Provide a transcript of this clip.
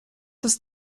ist